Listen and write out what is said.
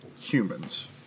humans